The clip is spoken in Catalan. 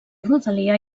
rodalia